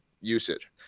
usage